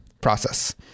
process